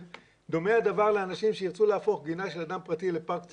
דומה הדבר לאנשים שירצו להפוך גינה של אדם פרטי לפארק ציבורי.